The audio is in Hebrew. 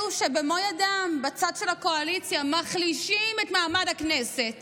אלה שבמו ידיהם בצד של הקואליציה מחלישים את מעמד הכנסת